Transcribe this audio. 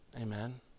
Amen